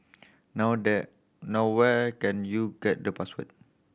now there now where can you get the password